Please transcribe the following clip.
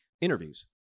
interviews